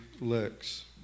Lex